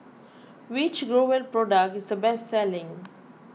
which Growell product is the best selling